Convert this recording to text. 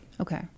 Okay